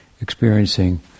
experiencing